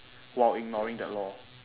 while ignoring that law